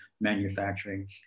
manufacturing